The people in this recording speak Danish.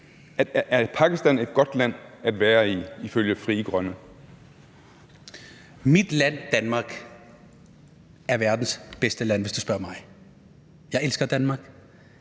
Er Pakistan et godt land at være i ifølge Frie Grønne? Kl. 14:31 Sikandar Siddique (UFG): Mit land, Danmark, er verdens bedste land, hvis du spørger mig. Jeg elsker Danmark,